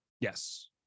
Yes